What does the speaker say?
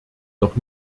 noch